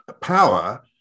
power